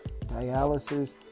dialysis